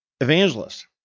evangelist